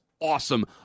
awesome